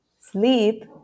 sleep